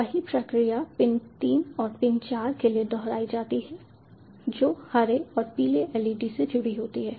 वही प्रक्रिया पिन 3 और पिन 4 के लिए दोहराई जाती है जो हरे और पीले LED से जुड़ी होती है